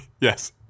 Yes